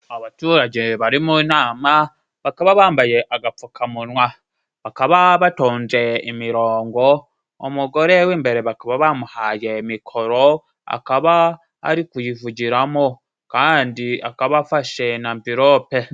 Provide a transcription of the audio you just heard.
Abaturage bari mu namama bakaba bambaye agapfukamunwa. Bakaba batonje imirongo, umugore w'imbere bakaba bamuhaye mikoro akaba ari kuyivugiramo. Kandi akaba afashe na mvilope.